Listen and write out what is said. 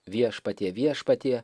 viešpatie viešpatie